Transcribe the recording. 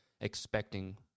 expecting